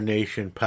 Nation